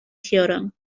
theorem